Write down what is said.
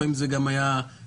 לפעמים זה גם היה לעומתי,